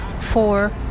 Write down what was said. four